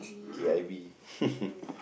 K_I_V